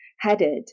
Headed